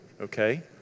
Okay